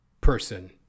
person